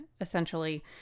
essentially